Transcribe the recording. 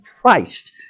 christ